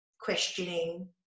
questioning